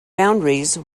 boundaries